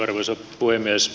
arvoisa puhemies